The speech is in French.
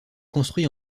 construit